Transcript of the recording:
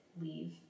leave